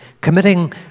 Committing